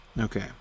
Okay